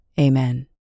Amen